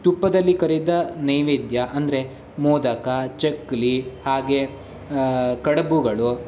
ತುಪ್ಪದಲ್ಲಿ ಕರಿದ ನೈವೇದ್ಯ ಅಂದರೆ ಮೋದಕ ಚಕ್ಕುಲಿ ಹಾಗೇ ಕಡುಬುಗಳು